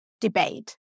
debate